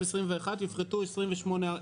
הייתי מבקש את ההתייחסות לנושא הזה.